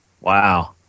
Wow